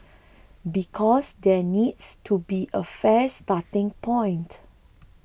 because there needs to be a fair starting point